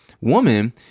woman